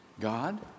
God